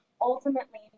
Ultimately